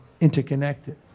interconnected